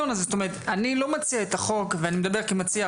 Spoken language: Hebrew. אני מדבר כמציע החוק.